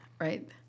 right